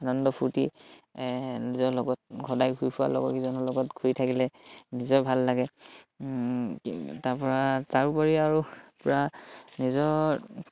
আনন্দ ফূৰ্তি নিজৰ লগত সদাই ঘূৰি ফোৱা লগৰকিজনৰ লগত ঘূৰি থাকিলে নিজৰ ভাল লাগে তাৰ পৰা তাৰোপৰি আৰু পূৰা নিজৰ